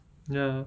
ya